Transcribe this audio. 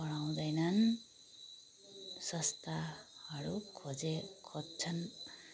पराउँदैनन् सस्ताहरू खोजे खोज्छन्